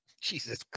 Jesus